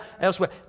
elsewhere